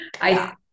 I-